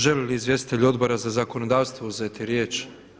Žele li izvjestitelji Odbora za zakonodavstvo uzeti riječ?